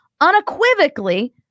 unequivocally